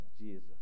Jesus